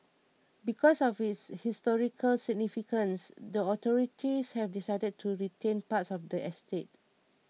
because of its historical significance the authorities have decided to retain parts of the estate